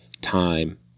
time